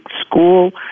school